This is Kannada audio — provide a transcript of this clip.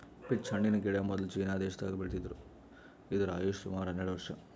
ಪೀಚ್ ಹಣ್ಣಿನ್ ಗಿಡ ಮೊದ್ಲ ಚೀನಾ ದೇಶದಾಗ್ ಬೆಳಿತಿದ್ರು ಇದ್ರ್ ಆಯುಷ್ ಸುಮಾರ್ ಹನ್ನೆರಡ್ ವರ್ಷ್